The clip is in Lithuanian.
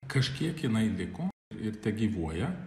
kažkiek jinai liko ir tegyvuoja